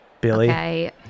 Billy